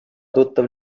tuttav